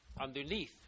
underneath